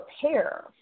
prepare